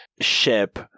ship